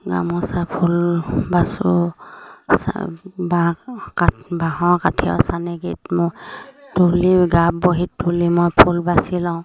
গামোচা ফুল বাচো বাঁহ বাঁহৰ কাঠিৰ চানেকি মই তুলি গাৰ্ফ বহীত তুলি মই ফুল বাচি লওঁ